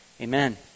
amen